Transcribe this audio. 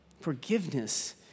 Forgiveness